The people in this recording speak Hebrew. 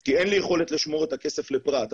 כי אין לי יכולת לשמור את הכסף לפרט,